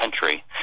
country